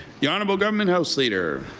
the honorable government house leader.